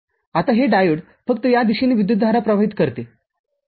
आता हे डायोड फक्त या दिशेने विद्युतधारा प्रवाहित करते